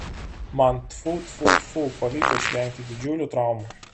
man tfu tfu tfu pavyko išvengti didžiulių traumų